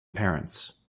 parents